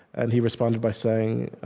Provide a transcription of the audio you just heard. and he responded by saying,